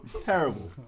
Terrible